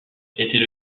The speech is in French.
était